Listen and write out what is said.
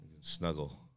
Snuggle